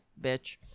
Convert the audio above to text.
bitch